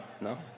no